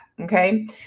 Okay